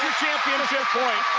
championship point.